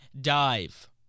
dive